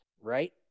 right